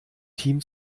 team